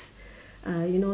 uh you know